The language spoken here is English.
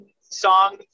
song